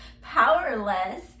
powerless